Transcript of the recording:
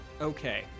Okay